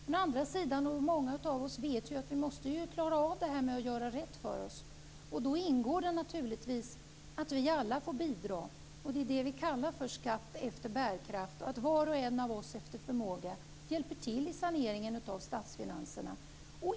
Men många av oss vet också att vi måste klara av detta och göra rätt för oss, och då ingår det naturligtvis att vi alla får bidra. Det är det vi kallar skatt efter bärkraft och att var och en av oss efter förmåga hjälper till i saneringen av statsfinanserna.